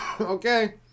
okay